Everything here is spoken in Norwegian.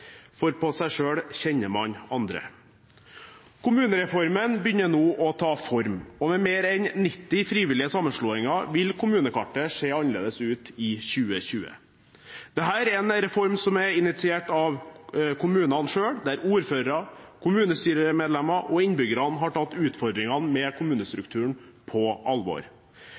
For på seg selv kjenner man andre. Kommunereformen begynner nå å ta form, og med mer enn 90 frivillige sammenslåinger vil kommunekartet se annerledes ut i 2020. Dette er en reform som er initiert av kommunene selv, der ordførere, kommunestyremedlemmer og innbyggere har tatt utfordringene med kommunestrukturen på alvor.